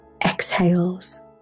exhales